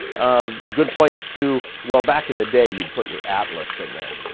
um good place to, well back in the day, you'd put your atlas in there.